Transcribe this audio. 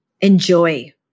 enjoy